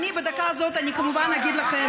אני בדקה הזאת אני כמובן אגיד לכם